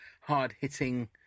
hard-hitting